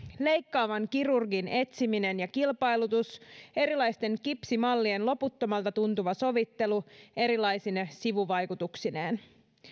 leikkaavan kirurgin etsiminen ja kilpailutus erilaisten kipsimallien loputtomalta tuntuva sovittelu erilaisine sivuvaikutuksineen